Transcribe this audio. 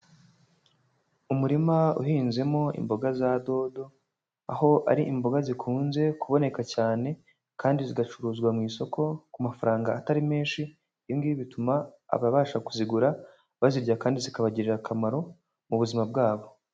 Umurima uhinzemo imboga za dodo, aho ari imboga zikunze kuboneka cyane kandi zigacuruzwa mu isoko ku mafaranga atari menshi, ibi ingibi bituma ababasha kuzigura bazirya kandi zikabagirira akamaro mu buzima bwabo.